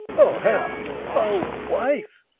o heaven o wife,